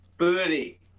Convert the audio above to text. Booty